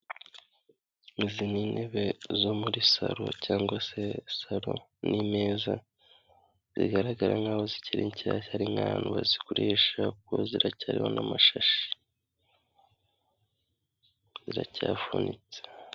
Izi ni intebe zo muri salo cyangwa se salo n'imeza zigaragara nkaho zikiri nshyashya ari nk'ahantu bazigurisha kuko ziracyariho n'amashashi ziracyafunitse.